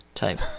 Type